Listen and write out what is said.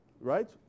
Right